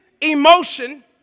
emotion